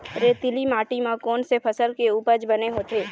रेतीली माटी म कोन से फसल के उपज बने होथे?